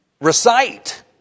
recite